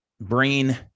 Brain